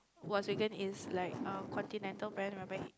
Volkswagen is like a continental brand whereby